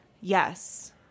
yes